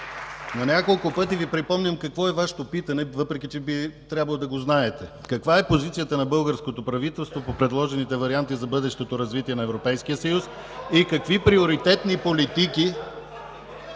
На няколко пъти Ви припомням какво е Вашето питане, въпреки че би трябвало да го знаете: каква е позицията на българското правителство по предложените варианти за бъдещото развитие на Европейския съюз и какви приоритетни политики…(Силен